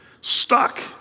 stuck